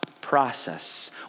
process